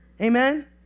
Amen